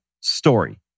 story